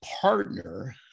partner